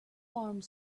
armed